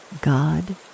God